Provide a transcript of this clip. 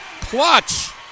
Clutch